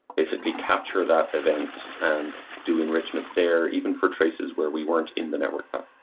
basically, capture that event and do enrichment there even for traces where we weren't in the network path,